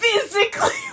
physically